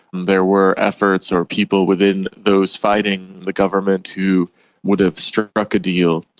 there were efforts or people within those fighting the government who would have struck a deal,